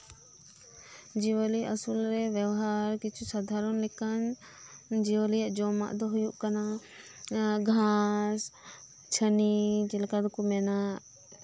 ᱡᱤᱭᱟᱹᱞᱤ ᱟᱹᱥᱩᱞ ᱨᱮ ᱵᱮᱣᱦᱟᱨ ᱠᱤᱪᱷᱩ ᱥᱟᱫᱷᱟᱨᱚᱱ ᱞᱮᱠᱟᱱ ᱡᱤᱭᱟᱹᱞᱤᱭᱟᱜ ᱡᱚᱢᱟᱜ ᱫᱚ ᱦᱩᱭᱩᱜ ᱠᱟᱱᱟ ᱜᱷᱟᱥ ᱪᱷᱟᱹᱱᱤ ᱡᱮᱞᱮᱠᱟ ᱠᱚ ᱢᱮᱱᱟ